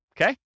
okay